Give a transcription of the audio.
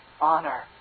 honor